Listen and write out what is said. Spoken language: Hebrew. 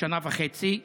שנה וחצי,